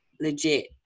legit